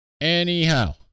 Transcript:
Anyhow